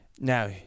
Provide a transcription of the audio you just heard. Now